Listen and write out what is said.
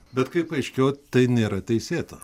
bet kaip paaiškėjo tai nėra teisėta